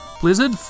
Blizzard